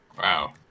Wow